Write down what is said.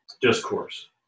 discourse